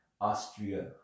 Austria